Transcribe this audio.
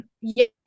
Yes